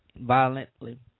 violently